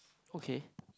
okay